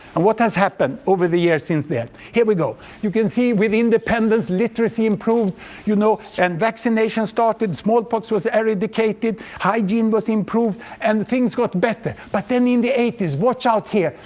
and what has happened over the years since then? here we go. you can see, with independence, literacy improved you know and vaccinations started, smallpox was eradicated, hygiene was improved, and things got better. but then, in the eighty s, watch out here.